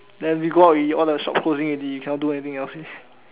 then we go out with all the shops closing already cannot do anything else already